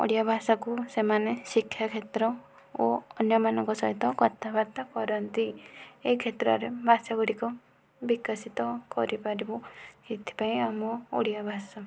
ଓଡ଼ିଆ ଭାଷାକୁ ସେମାନେ ଶିକ୍ଷା କ୍ଷେତ୍ର ଓ ଅନ୍ୟମାନଙ୍କ ସହିତ କଥାବାର୍ତ୍ତା କରନ୍ତି ଏହି କ୍ଷେତ୍ରରେ ଭାଷା ଗୁଡ଼ିକ ବିକଶିତ କରିପାରିବୁ ଏଥିପାଇଁ ଆମ ଓଡ଼ିଆ ଭାଷା